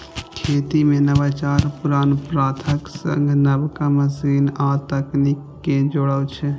खेती मे नवाचार पुरान प्रथाक संग नबका मशीन आ तकनीक कें जोड़ै छै